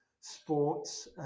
sports